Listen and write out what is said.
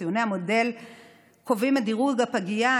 ציוני המודל קובעים את דירוג הפגייה,